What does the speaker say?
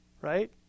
Right